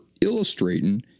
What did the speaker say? illustrating